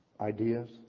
Ideas